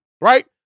right